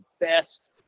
best